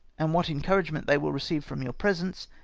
and what encouragement they will receive from your presence,